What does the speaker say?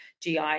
GI